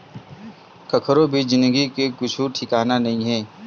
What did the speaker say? कखरो भी जिनगी के कुछु ठिकाना नइ हे